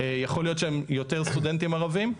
יכול להיות שם יותר סטודנטים ערבים.